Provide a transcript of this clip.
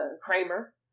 Kramer